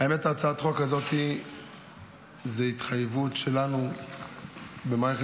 הצעת החוק הזאת זה התחייבות שלנו במערכת